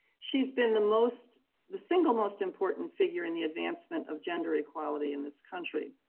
she's been the most the single most important figure in the advancement of gender equality in this country.